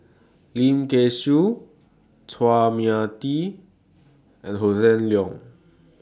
Lim Kay Siu Chua Mia Tee and Hossan Leong